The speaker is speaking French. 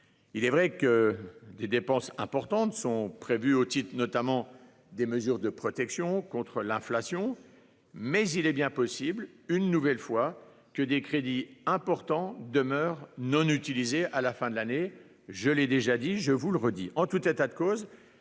Il est vrai que des dépenses importantes sont prévues au titre, notamment, des mesures de protection contre l'inflation, mais il est bien possible que, une nouvelle fois, des crédits importants demeurent non utilisés à la fin de l'année. En tout état de cause-